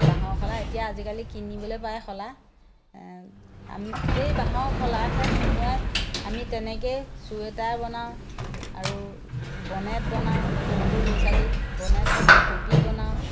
বাঁহৰ শলা এতিয়া আজিকালি কিনিবলে পায় শলা সেই বাঁহৰ শলাতে সোমোৱাই আমি তেনেকেই চুৱেটাৰ বনাওঁ আৰু বনেট বনাওঁ সৰু সৰু ল'ৰা ছোৱালীৰ বনেট বনাওঁ টুপি বনাওঁ